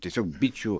tiesiog bičių